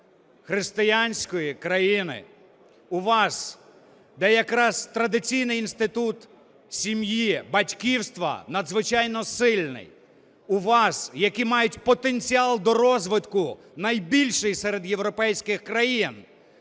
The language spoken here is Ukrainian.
християнської країни. У вас, де якраз традиційний інститут сім'ї, батьківства надзвичайно сильний. У вас, які мають потенціал до розвитку найбільший серед європейських країн.